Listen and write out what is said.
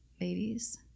ladies